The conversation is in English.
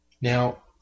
now